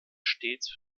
stets